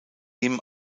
ihm